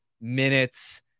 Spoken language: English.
minutes